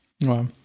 wow